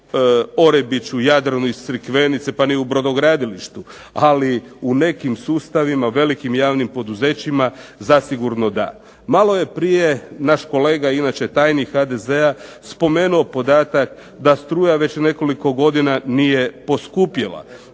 "Orebiću", "Jadranu" iz Crikvenice pa ni u "Brodogradilištu", ali u nekim sustavima, velikim javnim poduzećima zasigurno da. Malo je prije naš kolega, inače tajnik HDZ-a, spomenuo podatak da struja već nekoliko godina nije poskupjela.